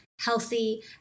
healthy